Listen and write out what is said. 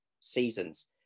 seasons